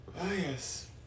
yes